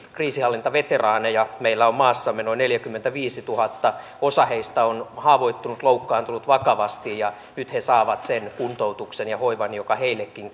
kriisinhallintaveteraaneja meillä on maassamme noin neljäkymmentäviisituhatta osa heistä on haavoittunut loukkaantunut vakavasti ja nyt he saavat sen kuntoutuksen ja hoivan joka heillekin